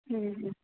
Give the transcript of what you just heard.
हँ हँ